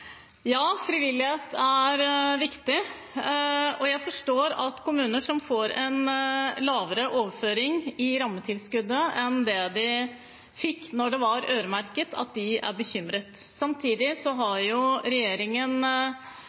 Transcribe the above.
Ja, frivillighet er viktig, og jeg forstår at kommuner som får en lavere overføring i rammetilskuddet enn det de fikk da det var øremerket, er bekymret. Samtidig har regjeringen styrket kommuneøkonomien, sånn at det skulle være mulig å prioritere frivilligsentraler. Så